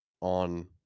on